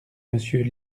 monsieur